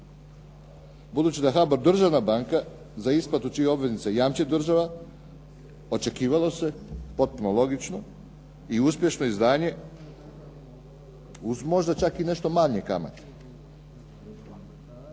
Budući da je HBOR državna banka za isplatu čije obveznice jamči država, očekivalo se potpuno logično i uspješno izdanje, uz možda čak i nešto manje kamate.